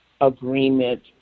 agreement